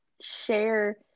share